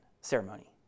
ceremony